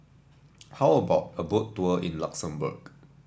how about a Boat Tour in Luxembourg